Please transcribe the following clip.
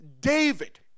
David